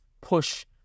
push